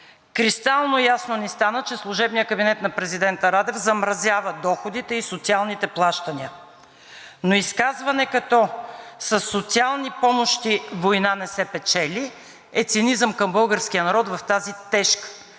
Кристално ясно ни стана, че служебният кабинет на президента Радев замразява доходите и социалните плащания, но изказване като: „Със социални помощи война не се печели!“ е цинизъм към българския народ в тази тежка